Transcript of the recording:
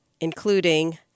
including